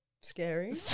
scary